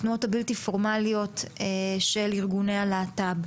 בתנועות הבלתי פורמליות של ארגוני הלהט"ב.